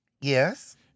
Yes